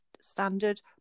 standard